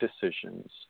decisions